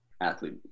athlete